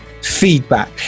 feedback